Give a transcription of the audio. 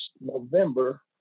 November